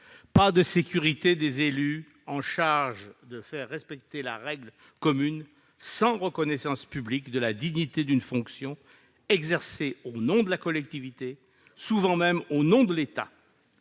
Pas de sécurité des élus chargés de faire respecter la règle commune sans reconnaissance publique de la dignité d'une fonction exercée au nom de la collectivité, souvent même au nom de l'État